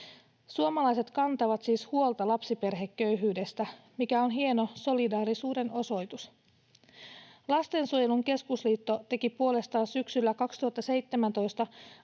Suomalaiset kantavat siis huolta lapsiperheköyhyydestä, mikä on hieno solidaarisuuden osoitus. Lastensuojelun Keskusliitto teki puolestaan syksyllä 2017